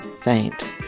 faint